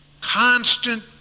Constant